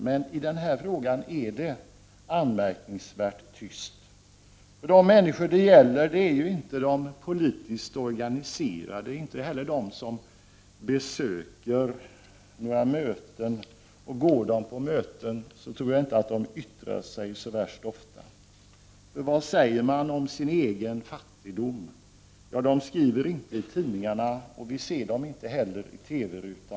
Men i den här frågan är det anmärkningsvärt tyst. De människor det gäller är inte de politiskt organiserade, och inte heller de som besöker våra möten. Går dessa människor på möten tror jag inte att de yttrar sig så särskilt ofta. Vad säger man om sin egen fattigdom? Dessa människor skriver inte i tidningarna, och vi ser dem inte heller i TV rutan.